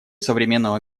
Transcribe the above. современного